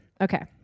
okay